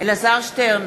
אלעזר שטרן,